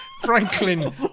Franklin